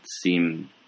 seem